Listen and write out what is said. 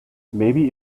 maybe